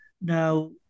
now